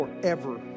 forever